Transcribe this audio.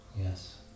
Yes